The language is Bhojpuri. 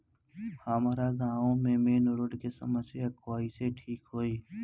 हमारा गाँव मे रोड के समस्या कइसे ठीक होई?